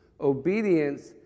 Obedience